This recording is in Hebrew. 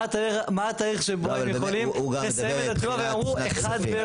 מה התאריך שבו הם יכולים לסיים והם אמרו 1 באוקטובר.